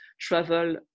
travel